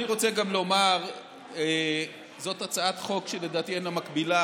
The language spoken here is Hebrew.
אני גם רוצה לומר שזאת הצעת חוק שלדעתי אין לה מקבילה